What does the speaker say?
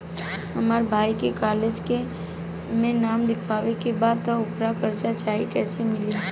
हमरा भाई के कॉलेज मे नाम लिखावे के बा त ओकरा खातिर कर्जा चाही कैसे मिली?